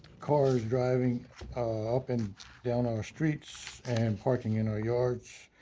cars driving up and down our streets and parking in our yards,